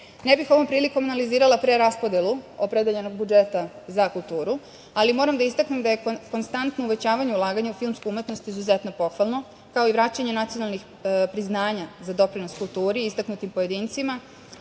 bih ovom prilikom analizirala preraspodelu opredeljenog budžeta za kulturu, ali moram da istaknem da je konstanto uvećavanje i ulaganje u filmsku umetnosti izuzetno pohvalno, kao i vraćanje nacionalnih priznanja za doprinos kulturi i istaknutim pojedincima